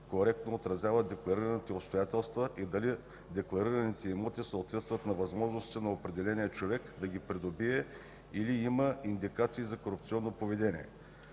коректно отразяват декларираните обстоятелства и дали декларираните имоти съответстват на възможностите на определения човек да ги придобие или има индикации за корупционно поведение.